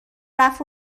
رفت